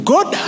God